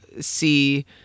see